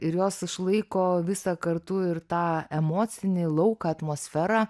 ir jos išlaiko visą kartu ir tą emocinį lauką atmosferą